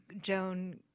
Joan